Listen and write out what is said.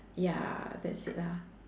ya that's it lah